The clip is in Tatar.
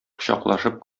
кочаклашып